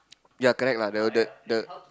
ya correct lah the the the